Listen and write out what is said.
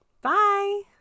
Bye